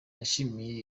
yashimiye